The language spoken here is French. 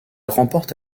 remporte